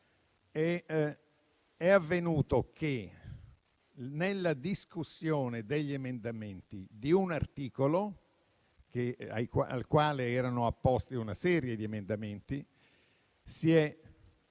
È avvenuto che nella discussione degli emendamenti di un articolo, al quale erano riferiti una serie di emendamenti, si è